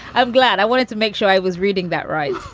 i'm glad i wanted to make sure i was reading that right.